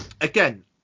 again